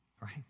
right